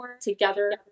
together